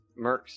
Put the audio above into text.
mercs